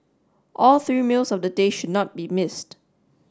all three meals of the day should not be missed